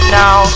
now